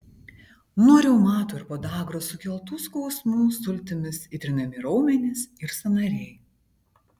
nuo reumato ir podagros sukeltų skausmų sultimis įtrinami raumenys ir sąnariai